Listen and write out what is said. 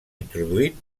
introduït